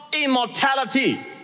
immortality